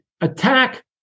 Attack